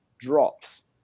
drops